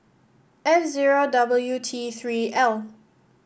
F zero W T Three L